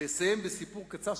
אסיים בסיפור קצר.